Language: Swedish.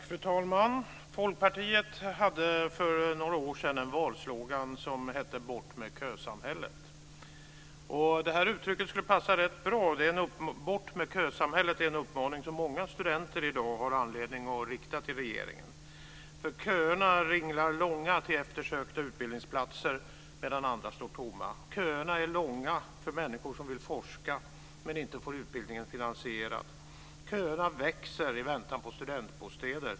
Fru talman! Folkpartiet hade för några år sedan en valslogan: Bort med kösamhället! Det uttrycket skulle passa rätt bra. "Bort med kösamhället" är en uppmaning som många studenter i dag har anledning att rikta till regeringen. Köerna ringlar långa till eftersökta utbildningsplatser medan andra står tomma. Köerna är långa för människor som vill forska men inte får utbildningen finansierad. Köerna växer i väntan på studentbostäder.